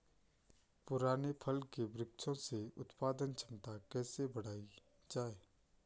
पुराने फल के वृक्षों से उत्पादन क्षमता कैसे बढ़ायी जाए?